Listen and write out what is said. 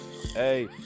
hey